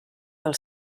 del